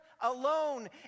alone